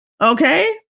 okay